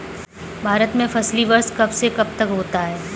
भारत में फसली वर्ष कब से कब तक होता है?